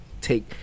take